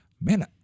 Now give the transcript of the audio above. man